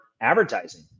advertising